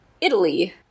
Italy